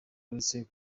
uretse